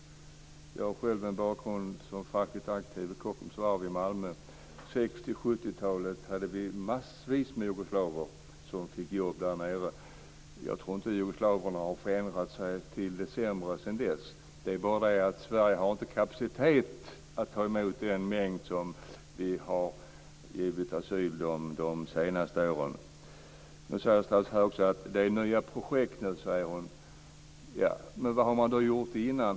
Jag har själv en bakgrund som fackligt aktiv vid Kockums varv i Malmö. På 60 och 70-talet var det massvis med jugoslaver som fick jobb där nere. Jag tror inte att jugoslaverna har förändrat sig till det sämre sedan dess, men Sverige har inte kapacitet att ta emot den mängd som vi har givit asyl de senaste åren. Statsrådet säger också att det är nya projekt nu. Men vad har man då gjort tidigare?